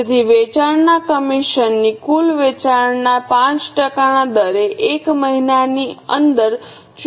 તેથી વેચાણના કમિશન ની કુલ વેચાણના પાંચ ટકાના દરે એક મહિનાની અંદર ચૂકવણી કરવાની રહેશે